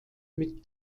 mit